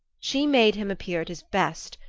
she made him appear at his best,